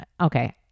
Okay